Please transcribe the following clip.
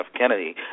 Kennedy